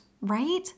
right